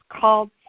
called